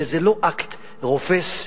וזה לא אקט רופס,